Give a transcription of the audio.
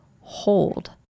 hold